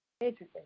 Interesting